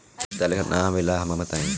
पईसा डाले ना आवेला हमका बताई?